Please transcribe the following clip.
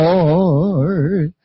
Lord